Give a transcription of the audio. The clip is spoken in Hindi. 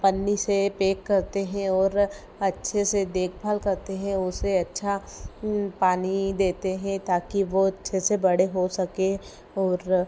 पन्नी से पेक करते हैं और अच्छे से देख भाल करते हैं और उसे अच्छा पानी देते हैं ताकि वह अच्छे से बड़े हो सके और